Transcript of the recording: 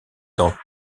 dans